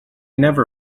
never